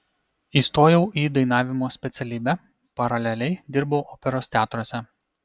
įstojau į dainavimo specialybę paraleliai dirbau operos teatruose